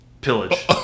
Pillage